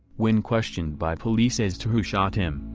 when questioned by police as to who shot him,